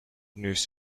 news